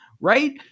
right